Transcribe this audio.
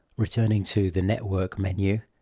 returning to the network menu,